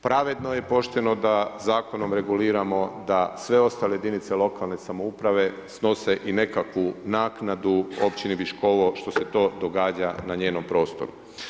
pravedno je i pošteno da zakonom reguliramo da sve ostale jedinice lokalne samouprave snose i nekakvu naknadu općini Viškovo što se to događa na njenom prostoru.